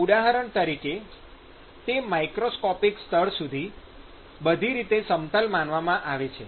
ઉદાહરણ તરીકે તે માઇક્રોસ્કોપિક સ્તર સુધી બધી રીતે સમતલ માનવામાં આવે છે